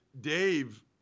Dave